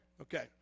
okay